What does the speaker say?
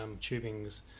tubings